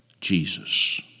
Jesus